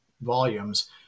volumes